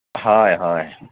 হয় হয়